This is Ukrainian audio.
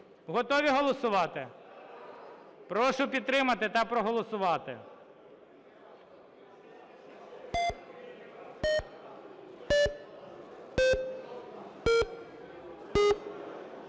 Готові голосувати? Прошу підтримати та проголосувати.